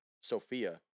Sophia